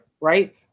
right